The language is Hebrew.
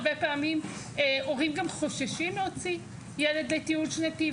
הרבה פעמים הורים גם חוששים להוציא ילד לטיול שנתי,